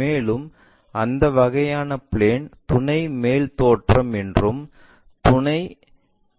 மேலும் அந்த வகையான பிளேன் துணை மேல் தோற்றம் என்றும் துணை